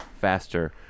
faster